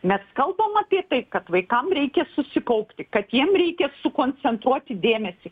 mes kalbam apie tai kad vaikam reikia susikaupti kad jiem reikia sukoncentruoti dėmesį